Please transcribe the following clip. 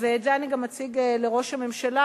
את זה אני גם אציג לראש הממשלה.